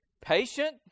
patient